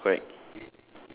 ya correct